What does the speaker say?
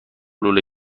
لوله